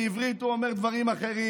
בעברית הוא אומר דברים אחרים.